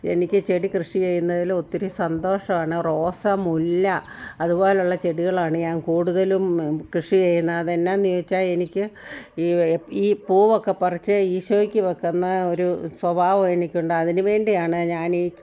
എനിക്ക് ചെടി കൃഷി ചെയ്യുന്നതിൽ ഒത്തിരി സന്തോഷമാണ് റോസ മുല്ല അതുപോലുള്ള ചെടികളാണ് ഞാൻ കൂടുതലും കൃഷി ചെയ്യുന്നത് അത് എന്താണെന്ന് ചോദിച്ചാൽ എനിക്ക് ഈ പൂവൊക്കെ പറിച്ച് ഈശോയ്ക്ക് വെക്കുന്ന ഒരു സ്വഭാവം എനിക്കുണ്ട് അതിന് വേണ്ടിയാണ് ഞാൻ ഈ